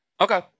Okay